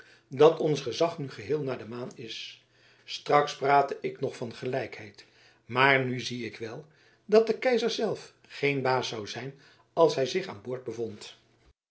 dat ons gezag nu geheel naar de maan is straks praatte ik nog van gelijkheid maar nu zie ik wel dat de keizer zelf geen baas zou zijn als hij zich aan boord bevond